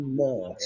more